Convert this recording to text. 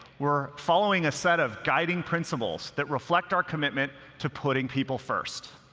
we're following a set of guiding principles that reflect our commitment to putting people first.